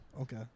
Okay